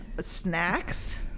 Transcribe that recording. Snacks